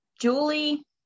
Julie